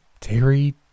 Terry